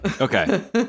Okay